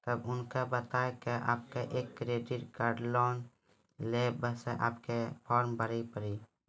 तब उनके बता के आपके के एक क्रेडिट लोन ले बसे आपके के फॉर्म भरी पड़ी?